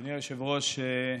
אדוני היושב-ראש,